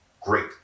great